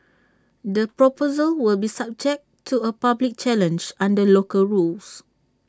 the proposal will be subject to A public challenge under local rules